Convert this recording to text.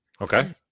Okay